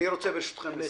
אני רוצה ברשותכם לסכם.